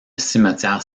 cimetière